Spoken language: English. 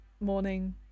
morning